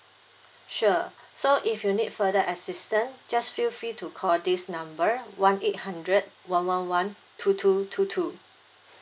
sure so if you need further assistant just feel free to call this number one eight hundred one one one two two two two